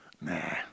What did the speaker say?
Nah